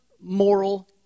moral